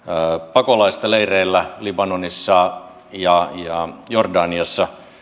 pakolaista leireillä libanonissa ja ja jordaniassa